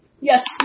Yes